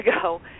ago